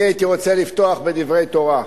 אני הייתי רוצה לפתוח בדברי תורה.